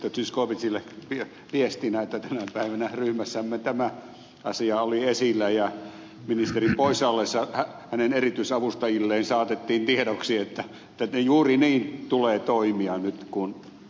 zyskowiczille viestinä että tänä päivänä ryhmässämme tämä asia oli esillä ja ministerin poissa ollessa hänen erityisavustajilleen saatettiin tiedoksi että juuri niin tulee toimia nyt kuten ed